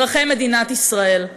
אזרחי מדינת ישראל.